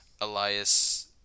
Elias